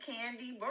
Candy